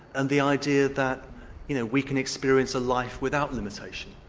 and the idea that you know we can experience a life without limitation.